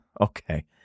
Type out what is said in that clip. Okay